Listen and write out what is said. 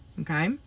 Okay